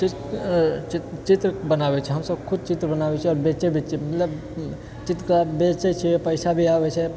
चित्र बनाबै छियै हमसब खुद चित्र बनाबै छियै आओर बेचै भी छियै मतलब चित्रकला बेचै छियै पैसा भी आबै छै